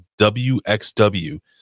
WXW